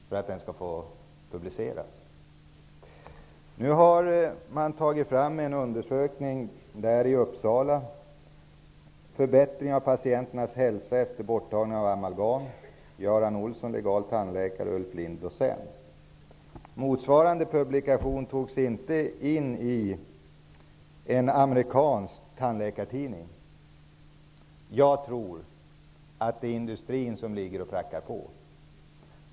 Man har i Uppsala tagit fram en undersökning med titeln ''Förbättring av patienters allmänna hälsa efter borttagning av amalgam''. Som författare står legitimerade tandläkaren Göran Olsson och docent Ulf Lindh. En motsvarande publikation togs inte in i en amerikansk tandläkartidning. Jag tror att det är industrin som trycker på.